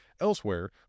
Elsewhere